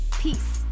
Peace